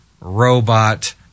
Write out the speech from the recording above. robot